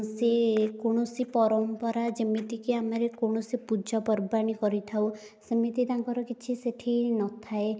ସିଏ କୌଣସି ପରମ୍ପରା ଯେମିତିକି ଆମରେ କୌଣସି ପୂଜା ପର୍ବାଣୀ କରିଥାଉ ସେମିତି ତାଙ୍କର କିଛି ସେଇଠି ନ ଥାଏ